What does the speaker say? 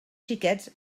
xiquets